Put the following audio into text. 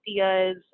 ideas